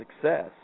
success